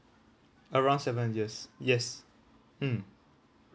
around seven yes yes mm